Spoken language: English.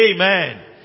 Amen